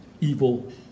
evil